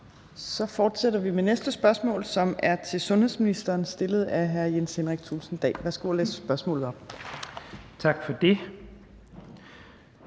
Så fortsætter vi med næste spørgsmål, som er til sundhedsministeren, stillet af hr. Jens Henrik Thulesen Dahl. Kl. 14:43 Spm. nr. S 585 3)